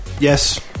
Yes